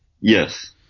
Yes